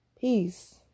peace